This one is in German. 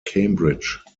cambridge